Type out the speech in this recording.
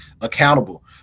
accountable